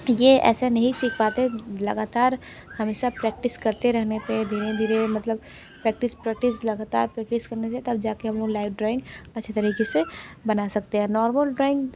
तो ये ऐसा नहीं सीख पाते लगातार हमेशा प्रैक्टिस करते रहने पे धीरे धीरे मतलब प्रैक्टिस प्रैक्टिस लगातार प्रेक्टिस करने दे तब जाके हम लोग लाइव ड्रॉइंग अच्छी तरीके से बना सकते हैं नॉर्मल ड्रॉइंग